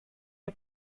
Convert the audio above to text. nie